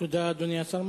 תודה, אדוני השר.